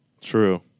True